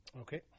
Okay